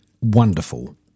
wonderful